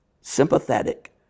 sympathetic